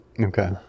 okay